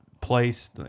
place